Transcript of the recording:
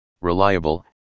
reliable